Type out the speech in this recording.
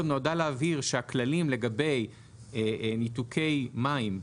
נועדה להבהיר שהכללים לגבי ניתוקי מים,